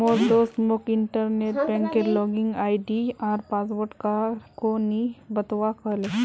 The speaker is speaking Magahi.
मोर दोस्त मोक इंटरनेट बैंकिंगेर लॉगिन आई.डी आर पासवर्ड काह को नि बतव्वा कह ले